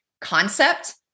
concept